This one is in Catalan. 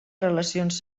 relacions